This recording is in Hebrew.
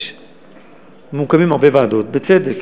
מוקמות הרבה ועדות בצדק,